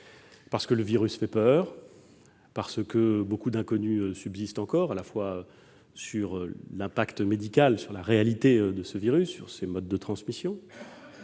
parce que le virus fait peur, parce que beaucoup d'inconnues subsistent encore à la fois sur l'impact médical, sur la réalité de ce virus et sur ses modes de transmission.